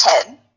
ten